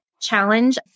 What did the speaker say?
challenge